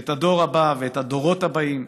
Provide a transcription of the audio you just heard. את הדור הבא ואת הדורות הבאים